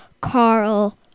Carl